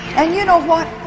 and you know what